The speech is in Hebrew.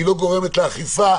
זה לא גורם לאכיפה,